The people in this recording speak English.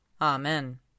Amen